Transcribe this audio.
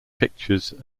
pictures